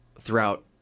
throughout